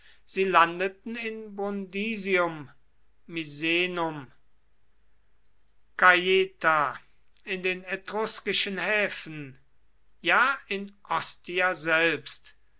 sie landeten in brundisium misenum caieta in den etruskischen häfen ja in ostia selbst